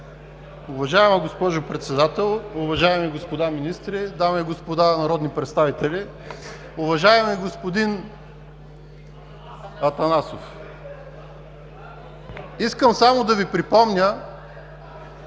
Уважаема госпожо Председател, уважаеми господа министри, дами и господа народни представители! Уважаеми господин Атанасов, искам само да Ви припомня,